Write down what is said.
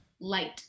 Light